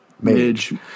Midge